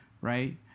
right